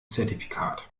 zertifikat